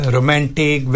Romantic